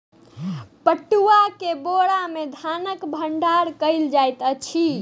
पटुआ के बोरा में धानक भण्डार कयल जाइत अछि